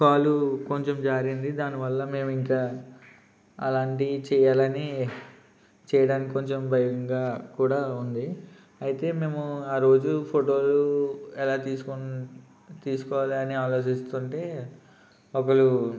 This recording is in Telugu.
కాలు కొంచెం జారింది దానివల్ల మేము ఇంకా అలాంటివి చేయాలని చేయడానికి కొంచెం భయంగా కూడా ఉంది అయితే మేము ఆ రోజు ఫోటోలు ఎలా తీసుకోన్ తీసుకోవాలి అని ఆలోచిస్తుంటే ఒకరు